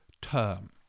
term